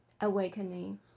awakening